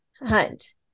Hunt